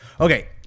Okay